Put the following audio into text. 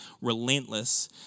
relentless